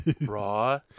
raw